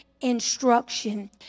instruction